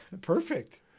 Perfect